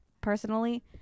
personally